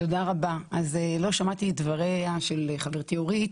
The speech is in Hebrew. לא שמעתי את דבריה של חברתי אורית.